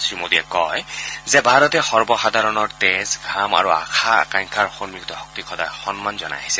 শ্ৰীমোদীয়ে কয় যে ভাৰতে সৰ্বসাধাৰণৰ তেজ ঘাম আৰু আশা আকাংক্ষাৰ সম্মিলিত শক্তিক সদায় সন্মান জনাই আহিছে